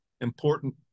important